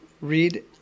read